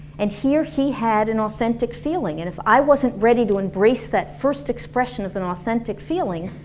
and here he had an authentic feeling and if i wasn't ready to embrace that first expression of an authentic feeling,